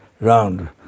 round